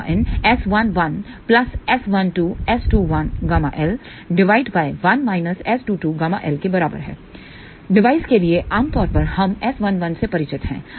Ƭin S11S12S21ƬL 1 S22ƬL के बराबर है डिवाइस के लिए आम तौर पर हम S11 से परिचित हैं